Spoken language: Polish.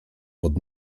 pod